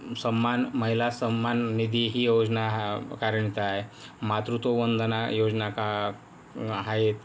सन्मान महिला सन्मान निधी ही योजना कार्यरत आहे मातृत्व वंदना योजना का आहेत